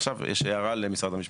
ועכשיו יש הערה למשרד המשפטים.